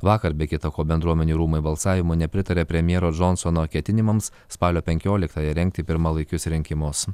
vakar be kita ko bendruomenių rūmai balsavimu nepritarė premjero džonsono ketinimams spalio penkioliktąją rengti pirmalaikius rinkimus